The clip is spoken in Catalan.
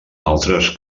altres